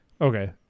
Okay